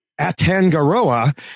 Atangaroa